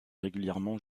régulièrement